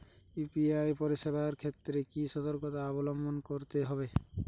UPI পরিসেবার ক্ষেত্রে কি সতর্কতা অবলম্বন করতে হবে?